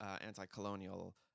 anti-colonial